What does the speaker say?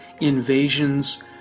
invasions